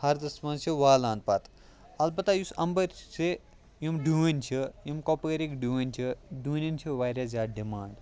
ہَردَس منٛز چھِ والان پَتہٕ البتہ یُس اَمبٕرۍ چھِ یِم ڈوٗنۍ چھِ یِم کۄپوارِکۍ ڈوٗنۍ چھِ ڈوٗنیٚن چھِ واریاہ زیادٕ ڈِمانٛڈ